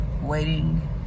Waiting